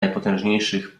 najpotężniejszych